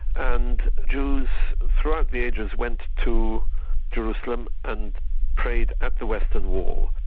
and jews throughout the ages went to jerusalem, and prayed at the western wall.